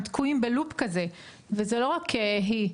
הם תקועים בלופ כזה וזה לא רק היא,